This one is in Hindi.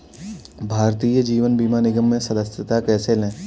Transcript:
भारतीय जीवन बीमा निगम में सदस्यता कैसे लें?